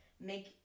make